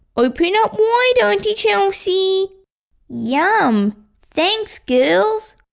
open up wide, auntie chelsea yum! thanks girls!